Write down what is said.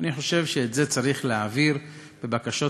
אני חושב שאת זה צריך להעביר בבקשות